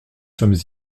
sommes